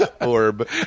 Orb